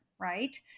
right